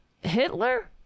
hitler